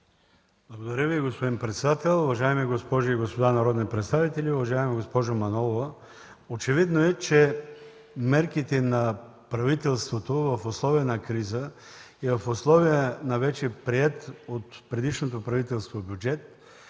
Благодаря Ви, господин председател. Уважаеми госпожи и господа народни представители, уважаема госпожо Манолова! Очевидно е, че мерките и усилията на правителството в условията на криза и в условия на вече приет от предишното правителство бюджет,